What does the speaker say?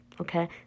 okay